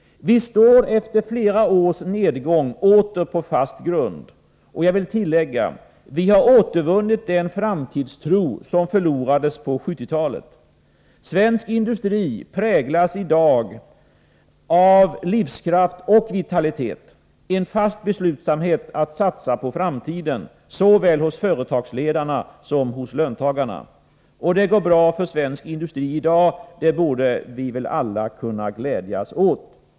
Vi står efter flera års nedgång åter på fast grund. Och jag vill tillägga: Vi har återvunnit den framtidstro som förlorades på 1970-talet. Svensk industri präglas i dag av livskraft och vitalitet, av en fast beslutsamhet att satsa på framtiden, såväl hos företagsledare som hos löntagare. Det går bra för svensk industri i dag — det borde vi alla kunna glädjas åt.